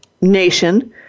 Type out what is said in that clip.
nation